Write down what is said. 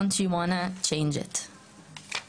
don't u wanna change it?"" תודה.